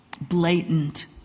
blatant